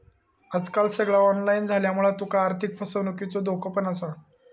आजकाल सगळा ऑनलाईन झाल्यामुळा तुका आर्थिक फसवणुकीचो धोको पण असा